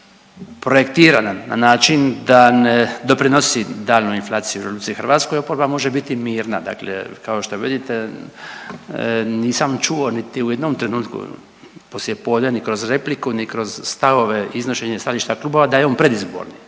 projektirana na način da ne doprinosi daljnjoj inflaciji u RH oporba može biti mirna. Dakle, kao što vidite nisam čuo niti u jednom trenutku poslijepodne ni kroz repliku ni kroz stavove, iznošenje stajališta klubova da je on predizborni